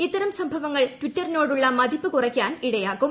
ഇത്തരം സംഭവങ്ങൾ ടിറ്ററിനോടുള്ള മതിപ്പു കുറയ്ക്കാൻ ഇടയാക്കും